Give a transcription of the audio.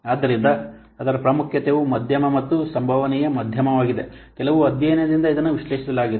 ಆದ್ದರಿಂದ ಅದರ ಪ್ರಾಮುಖ್ಯತೆಯು ಮಧ್ಯಮ ಮತ್ತು ಸಂಭವನೀಯ ಮಾಧ್ಯಮವಾಗಿದೆ ಕೆಲವು ಅಧ್ಯಯನದಿಂದ ಇದನ್ನು ವಿಶ್ಲೇಷಿಸಲಾಗಿದೆ